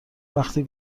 وقتی